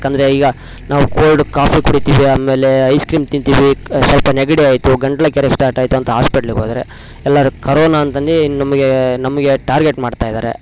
ಯಾಕೆಂದ್ರೆ ಈಗ ನಾವು ಕೋಲ್ಡ್ ಕಾಫಿ ಕುಡಿತೀವಿ ಆಮೇಲೆ ಐಸ್ ಕ್ರೀಮ್ ತಿಂತೀವಿ ಸ್ವಲ್ಪ ನೆಗಡಿ ಆಯಿತು ಗಂಟ್ಲು ಕೆರೆಯಕ್ಕೆ ಸ್ಟಾರ್ಟ್ ಆಯಿತು ಅಂತ ಹಾಸ್ಪೆಟ್ಲಿಗೆ ಹೋದರೆ ಎಲ್ಲರು ಕರೋನ ಅಂತಂದು ನಮ್ಗೆ ನಮಗೆ ಟಾರ್ಗೆಟ್ ಮಾಡ್ತಾ ಇದ್ದಾರೆ